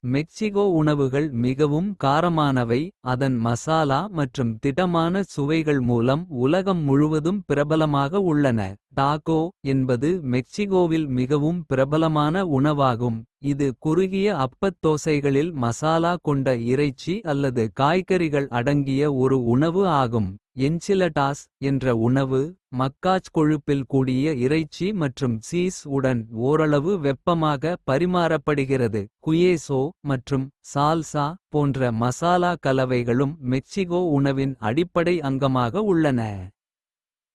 மெக்சிகோ உணவுகள் மிகவும் காரமானவை. அதன் மசாலா மற்றும் திடமான சுவைகள் மூலம். உலகம் முழுவதும் பிரபலமாக உள்ளன டாகோ. என்பது மெக்சிகோவில் மிகவும் பிரபலமான உணவாகும். இது குறுகிய அப்பத் தோசைகளில் மசாலா கொண்ட. இறைச்சி அல்லது காய்கறிகள் அடங்கிய ஒரு உணவு ஆகும். எஞ்சிலடாஸ் என்ற உணவு மக்காச் கொழுப்பில் கூடிய. இறைச்சி மற்றும் சீஸ் உடன் ஓரளவு வெப்பமாக பரிமாறப்படுகிறது. குயேசோ மற்றும் சால்சா போன்ற மசாலா கலவைகளும். மெக்சிகோ உணவின் அடிப்படை அங்கமாக உள்ளன.